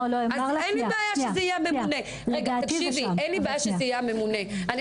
אין לי בעיה שזה יהיה הממונה על גזענות,